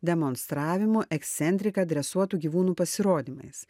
demonstravimu ekscentrika dresuotų gyvūnų pasirodymais